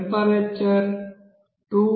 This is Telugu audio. టెంపరేచర్ 298